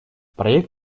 проект